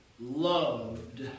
loved